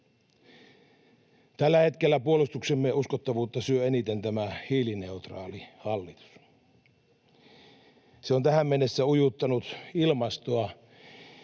Tällä hetkellä puolustuksemme uskottavuutta syö eniten tämä hiilineutraali hallitus. Se on tähän mennessä ujuttanut ilmastoa